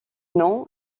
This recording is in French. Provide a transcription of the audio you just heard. non